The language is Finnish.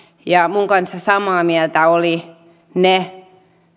minun kanssani samaa mieltä olivat ne